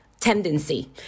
tendency